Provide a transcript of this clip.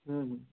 ହୁଁ ହୁଁ